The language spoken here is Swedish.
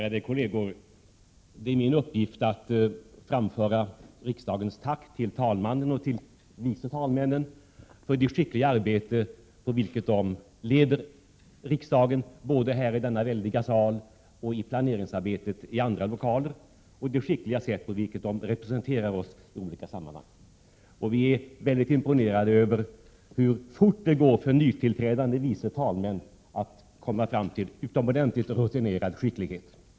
Ärade kolleger! Det är min uppgift att framföra riksdagens tack till talmannen och till vice talmännen för det skickliga sätt på vilket de leder riksdagens arbete, både här i denna väldiga sal och i planeringsarbetet i andra lokaler, och det skickliga sätt på vilket de representerar oss i olika sammanhang. Vi är mycket imponerade över hur fort det går för nytillträdan de vice talmän att nå utomordentligt rutinerad skicklighet.